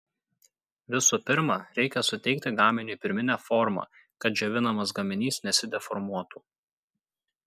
visų pirma reikia suteikti gaminiui pirminę formą kad džiovinamas gaminys nesideformuotų